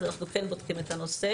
אז אנחנו כן בודקים את הנושא.